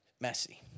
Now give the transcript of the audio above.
messy